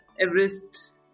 Everest